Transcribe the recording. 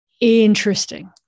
Interesting